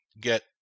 get